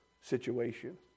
situation